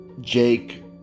Jake